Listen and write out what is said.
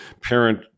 parent